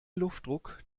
luftdruck